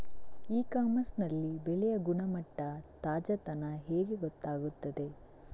E commerce ನಲ್ಲಿ ಬೆಳೆಯ ಗುಣಮಟ್ಟ, ತಾಜಾತನ ಹೇಗೆ ಗೊತ್ತಾಗುತ್ತದೆ?